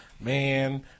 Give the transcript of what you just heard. Man